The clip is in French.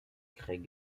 craig